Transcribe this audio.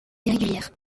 irrégulières